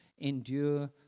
endure